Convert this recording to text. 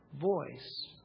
voice